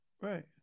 Right